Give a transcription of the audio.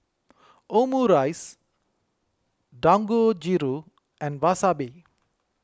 Omurice Dangojiru and Wasabi